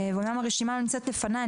אומנם הרשימה לא נמצאת לפניי,